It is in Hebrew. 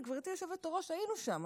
גברתי היושבת-ראש, היינו שם.